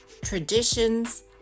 Traditions